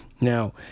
Now